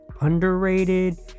underrated